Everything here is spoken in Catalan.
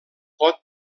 pot